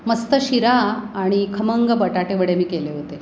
मस्त शिरा आणि खमंग बटाटेवडे मी केले होते